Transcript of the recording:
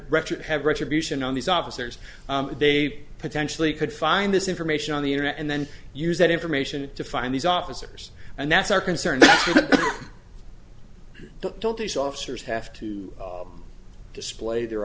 have retribution on these officers they potentially could find this information on the internet and then use that information to find these officers and that's our concern don't don't these officers have to display their